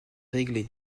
réglé